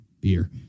beer